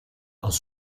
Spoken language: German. aus